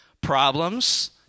problems